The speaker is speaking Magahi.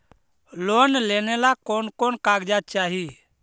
लोन लेने ला कोन कोन कागजात चाही?